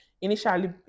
initially